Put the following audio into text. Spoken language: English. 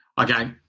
okay